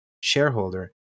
shareholder